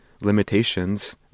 limitations